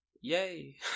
Yay